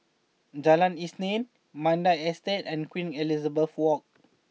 Jalan Isnin Mandai Estate and Queen Elizabeth Walk